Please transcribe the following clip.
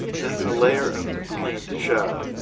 then a layer of cleaned shad,